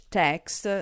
text